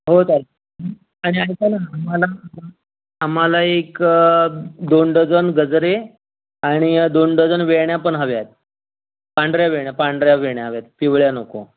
हो चालेल आणि ऐका ना मला आम्हाला एक दोन डजन गजरे आणि दोन डजन वेण्या पण हव्या आहेत पांढऱ्या वेण्या पांढऱ्या वेण्या हव्या आहेत पिवळ्या नको